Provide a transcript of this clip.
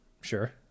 Sure